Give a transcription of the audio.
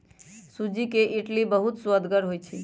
सूज्ज़ी के इडली बहुत सुअदगर होइ छइ